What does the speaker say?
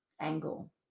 angle